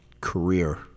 career